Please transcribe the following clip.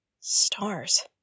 Stars